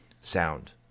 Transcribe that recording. sound